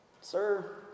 Sir